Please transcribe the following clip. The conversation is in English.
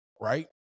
right